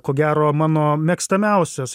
ko gero mano mėgstamiausias